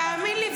תאמין לי,